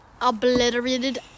obliterated